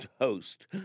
host